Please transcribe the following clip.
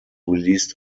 released